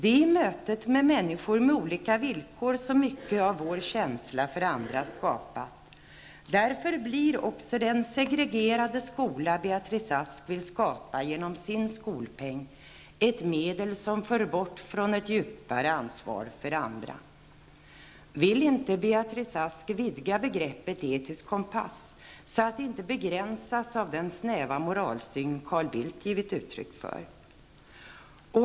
Det är i mötet med människor med olika villkor som mycket av vår känsla för andra skapas. Därför blir också den segregerade skola Beatrice Ask vill skapa genom sin skolpeng ett medel som för bort från ett djupare ansvar för andra. Vill inte Beatrice Ask vidga begreppet etisk kompass, så att det inte begränsas av den snäva moralsyn Carl Bildt givit uttryck för?